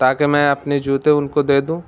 تاکہ میں اپنے جوتے ان کو دے دوں